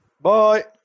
Bye